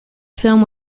film